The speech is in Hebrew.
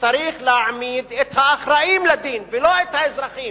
שצריך להעמיד את האחראים לדין ולא את האזרחים.